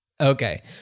Okay